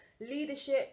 leadership